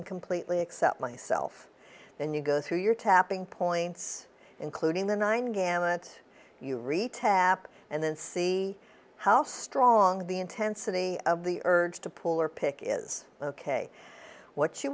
and completely accept myself then you go through your tapping points including the nine gamut you re tap and then see how strong the intensity of the urge to pull or pick is ok what you